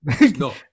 no